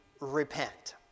repent